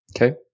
Okay